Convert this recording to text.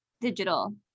digital